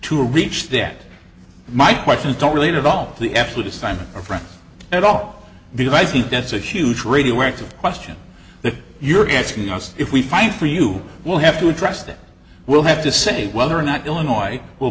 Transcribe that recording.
to reach then my questions don't really devolve the absolute assignment of friends at all because i think that's a huge radioactive question if you're asking us if we fight for you we'll have to address that we'll have to say whether or not illinois will